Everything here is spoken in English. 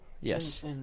Yes